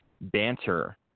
banter